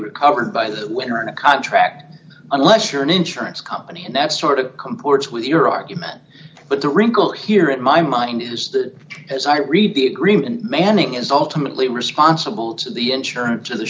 recovered by the winner in a contract unless you're an insurance company and that's sort of comports with your argument but the wrinkle here at my mind is that as i read the agreement manning is ultimately responsible to the insurance